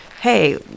hey